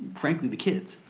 frankly the kids.